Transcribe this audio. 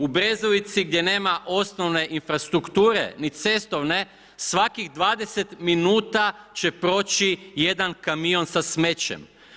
U Brezovici gdje nema osnovne infrastrukture ni cestovne, svakih 20 minuta će proći jedan kamion sa smećem.